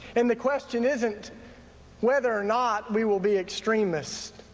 and the question isn't whether or not we will be extremists,